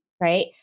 Right